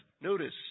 notice